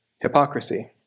hypocrisy